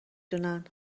دونن